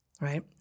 right